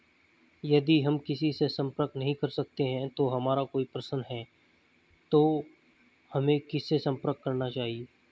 यदि हम किसी से संपर्क नहीं कर सकते हैं और हमारा कोई प्रश्न है तो हमें किससे संपर्क करना चाहिए?